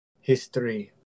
history